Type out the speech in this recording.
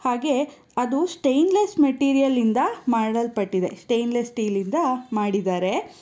ಹಾಗೆ ಅದು ಸ್ಟೈನ್ಲೆಸ್ ಮೆಟೀರಿಯಲ್ಲಿಂದ ಮಾಡಲ್ಪಟ್ಟಿದೆ ಸ್ಟೈನ್ಲೆಸ್ ಸ್ಟೀಲಿಂದ ಮಾಡಿದ್ದಾರೆ